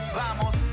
vamos